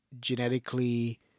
genetically